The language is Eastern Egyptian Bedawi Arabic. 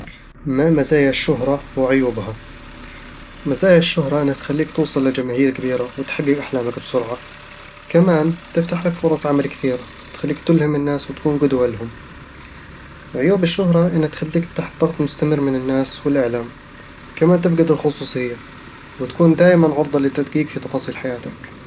ما مزايا الشهرة وعيوبها؟ مزايا الشهرة انها تخليك توصل لجماهير كبيرة وتحقق أحلامك بسرعة كمان تفتح لك فرص عمل كثيرة وتخليك تُلهم الناس وتكون قدوة لهم عيوب الشهرة انها تخليك تحت ضغط مستمر من الناس والإعلام كمان تفقد الخصوصية، وتكون دايمًا عرضة للتدقيق في تفاصيل حياتك